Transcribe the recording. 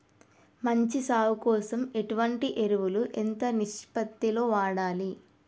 మంచి సాగు కోసం ఎటువంటి ఎరువులు ఎంత నిష్పత్తి లో వాడాలి?